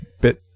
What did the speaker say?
bit